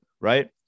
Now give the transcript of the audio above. right